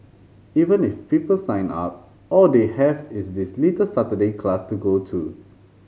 even if people sign up all they have is this little Saturday class to go to